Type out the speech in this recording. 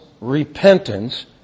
repentance